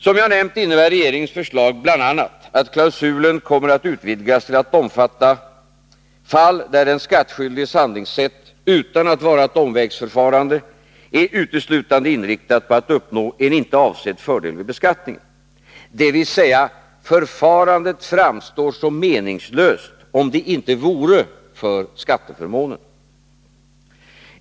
Som jag nämnt innebär regeringens förslag bl.a. att klausulen kommer att utvidgas till att omfatta fall där den skattskyldiges handlingssätt utan att vara ett omvägsförfarande är uteslutande inriktat på att uppnå en inte avsedd fördel vid beskattningen, dvs. förfarandet framstår som meningslöst om det inte vore för skatteförmånen.